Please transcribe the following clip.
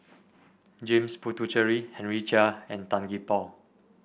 James Puthucheary Henry Chia and Tan Gee Paw